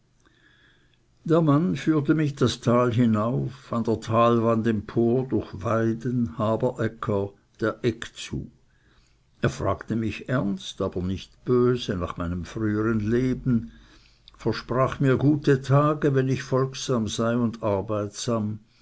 der mann führte mich das tal hinauf an der talwand empor durch weiden haberäcker der egg zu er fragte mich ernst aber nicht böse nach meinem frühern leben versprach mir gute tage wenn ich folgsam sei und arbeitsam